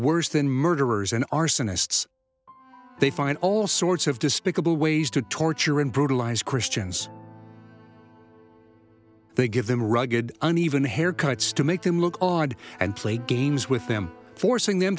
worse than murderers and arsonists they find all sorts of despicable ways to torture and brutalize christians they give them rugged uneven haircuts to make them look odd and play games with them forcing them